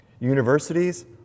universities